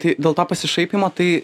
tai dėl to pasišaipymo tai